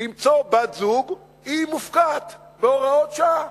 למצוא בת-זוג מופקעת, בהוראות שעה